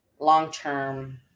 long-term